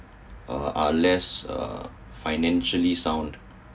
uh unless uh financially sounded